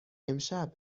امشب